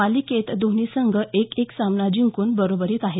मालिकेत दोन्ही संघ एक एक सामना जिंकून बरोबरीत आहेत